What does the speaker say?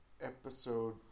episode